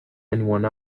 anyone